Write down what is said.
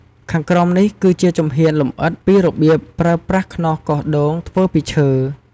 ខាងក្រោមនេះគឺជាជំហានលម្អិតពីបៀបប្រើប្រាស់ខ្នោសកោសដូងធ្វើពីឈើ